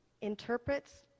interprets